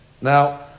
Now